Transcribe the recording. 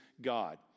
God